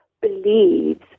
believes